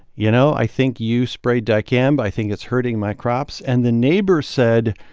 you know, i think you sprayed dicamba. i think it's hurting my crops. and the neighbor said,